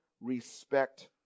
respect